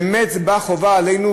באמת חובה עלינו,